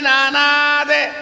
Nanade